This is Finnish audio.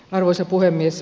arvoisa puhemies